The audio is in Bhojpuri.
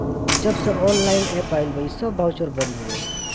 जबसे ऑनलाइन एप्प आईल बा इ सब बाउचर बंद हो गईल